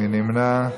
מי נמנע?